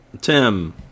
Tim